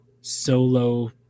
solo